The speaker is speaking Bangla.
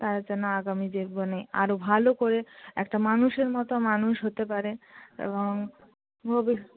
তা যেন আগামী জীবনে আরও ভালো করে একটা মানুষের মতো মানুষ হতে পারে এবং